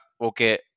okay